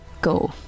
Go